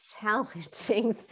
challenging